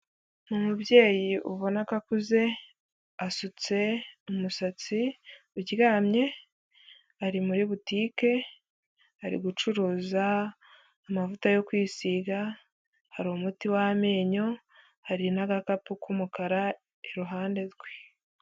Umubyeyi ubona ko akuze asutse umusatsi uryamye ari muri butike, ari gucuruza amavuta yo kwisiga, hari umuti w'amenyo hari n'agakapu k'umukara iruhande rwe.